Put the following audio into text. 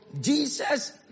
Jesus